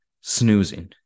snoozing